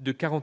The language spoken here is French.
de 44,9